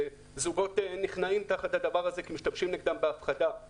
וזוגות נכנעים תחת הדבר הזה כי מפחידים אותם בתביעות.